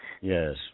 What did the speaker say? yes